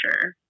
sure